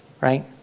right